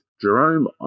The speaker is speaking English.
Jerome